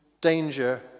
danger